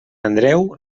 andreu